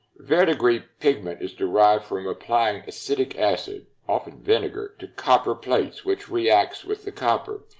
verdigris pigment is derived from applying acetic acid, often vinegar, to copper plates, which reacts with the copper.